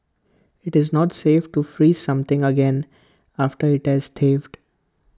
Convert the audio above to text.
IT is not safe to freeze something again after IT has